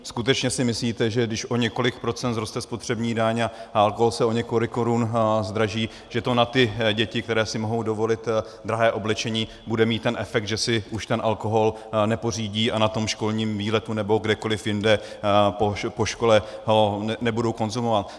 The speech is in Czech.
Skutečně si myslíte, že když o několik procent vzroste spotřební daň a alkohol se o několik korun zdraží, že to na ty děti, které si mohou dovolit drahé oblečení, bude mít ten efekt, že si už ten alkohol nepořídí a na tom školním výletu nebo kdekoliv jinde po škole ho nebudou konzumovat?